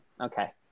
Okay